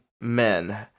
men